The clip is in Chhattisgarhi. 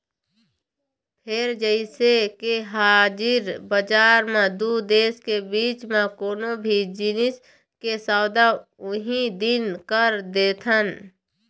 फेर जइसे के हाजिर बजार म दू देश के बीच म कोनो भी जिनिस के सौदा उहीं दिन कर देथन